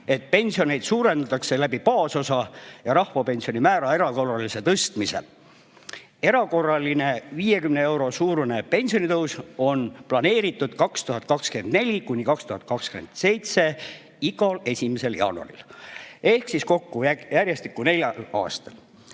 et pensione suurendatakse baasosa ja rahvapensioni määra erakorralise tõstmisega. Erakorraline 50 euro suurune pensionitõus on planeeritud 2024–2027 igal 1. jaanuaril ehk siis kokku järjestikku neljal aastal.